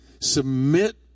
Submit